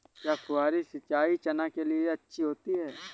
क्या फुहारी सिंचाई चना के लिए अच्छी होती है?